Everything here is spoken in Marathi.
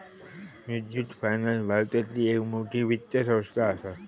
मुथ्थुट फायनान्स भारतातली एक मोठी वित्त संस्था आसा